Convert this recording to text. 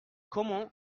comment